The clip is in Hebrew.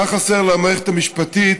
מה חסר למערכת המשפטית